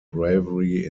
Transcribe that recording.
bravery